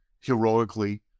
heroically